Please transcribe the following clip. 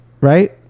right